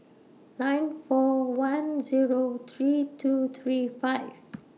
nine four one Zero three two three five